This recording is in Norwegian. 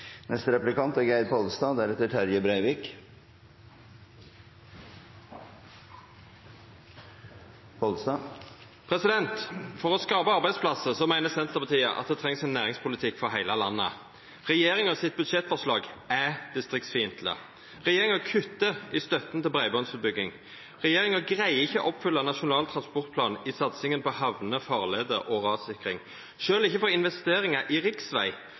Geir Pollestad – til oppfølgingsspørsmål. For å skapa arbeidsplassar meiner Senterpartiet at det trengst ein næringspolitikk for heile landet. Budsjettforslaget til regjeringa er distriktsfiendtleg. Regjeringa kuttar i støtta til breibandsutbygging og greier ikkje å oppfylla Nasjonal transportplan i satsinga på hamner, farleier og rassikring. Sjølv ikkje på investeringar